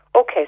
Okay